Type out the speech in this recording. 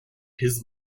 his